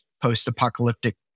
post-apocalyptic